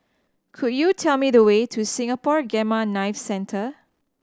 could you tell me the way to Singapore Gamma Knife Centre